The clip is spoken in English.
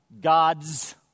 God's